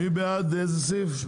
מי בעד סעיף 17?